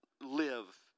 live